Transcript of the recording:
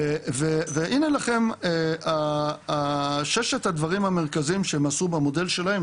והנה לכם ששת הדברים המרכזיים שהם עשו במודל שלהם,